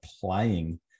playing